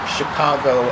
Chicago